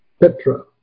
Petra